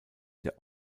der